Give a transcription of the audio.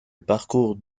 parcours